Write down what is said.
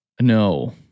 No